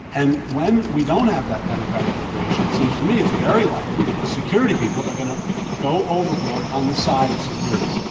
and when we don't have that democratic deliberation, it seems to me it's very likely that the security people are going to go overboard on the side of security.